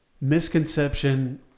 misconception